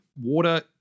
water